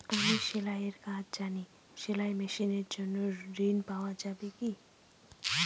আমি সেলাই এর কাজ জানি সেলাই মেশিনের জন্য ঋণ পাওয়া যাবে কি?